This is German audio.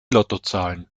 lottozahlen